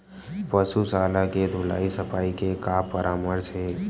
पशु शाला के धुलाई सफाई के का परामर्श हे?